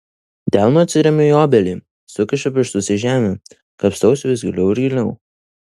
delnu atsiremiu į obelį sukišu pirštus į žemę kapstausi vis giliau ir giliau